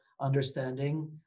understanding